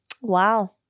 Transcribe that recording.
Wow